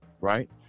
right